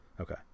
Okay